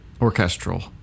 orchestral